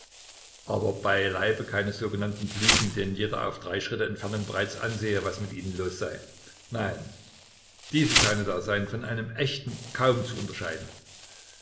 aber beileibe keine sogenannte blüten denen jeder auf drei schritte entfernung bereits ansähe was mit ihnen los sei nein diese scheine da seien von einem echten kaum zu unterscheiden